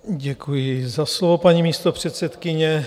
Děkuji za slovo, paní místopředsedkyně.